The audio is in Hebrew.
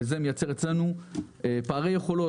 וזה מייצר אצלנו פערי יכולת.